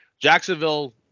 Jacksonville